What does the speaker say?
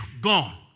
gone